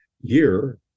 year